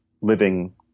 living